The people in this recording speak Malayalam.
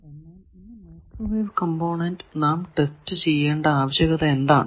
എന്നാൽ ഈ മൈക്രോവേവ് കംപോണന്റ് നാം ടെസ്റ്റ് ചെയ്യേണ്ട ആവശ്യകത എന്താണ്